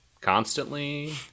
constantly